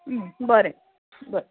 बरें बरें